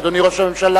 אדוני ראש הממשלה,